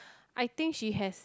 I think she has